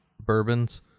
Bourbons